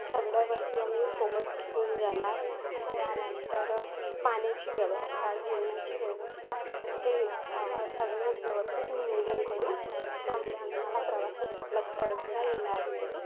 सगळ्या वस्तू आम्ही सोबत घेऊन जाणार त्यानंतर पाण्याची व्यवस्था जेवणाची व्यवस्था हे सगळे व्यवस्थित नियोजन करू त्यामुळे आम्हाला प्रवासात कुठलाच अडथळा येणार नाही